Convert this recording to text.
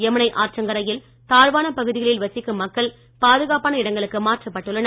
யமுனை ஆற்றங்கரையில் தாழ்வான பகுதிகளில் வசிக்கும் மக்கள் பாதுகாப்பான இடங்களுக்கு மாற்றப்பட்டுள்ளனர்